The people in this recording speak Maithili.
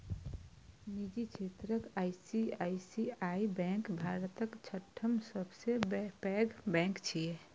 निजी क्षेत्रक आई.सी.आई.सी.आई बैंक भारतक छठम सबसं पैघ बैंक छियै